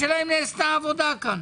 השאלה אם נעשתה עבודה כאן.